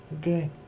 Okay